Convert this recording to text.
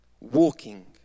Walking